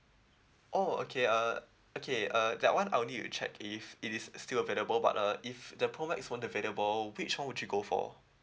oh okay uh okay uh that [one] I'll need to check if it is still available but uh if the pro max weren't available which one would you go for